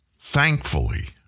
Thankfully